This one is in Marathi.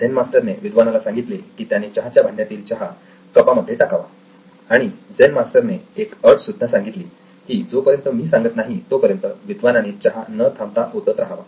तर झेन मास्टर ने विद्वानाला सांगितले की त्याने चहाच्या भांड्यातील चहा कपामध्ये टाकावा आणि झेन मास्टर ने एक अट सुद्धा संगितली की जोपर्यंत मी सांगत नाही तोपर्यंत विद्वानाने चहा न थांबता ओतत राहावा